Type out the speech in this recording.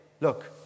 look